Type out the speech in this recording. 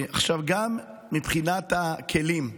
גם מבחינת הכלים,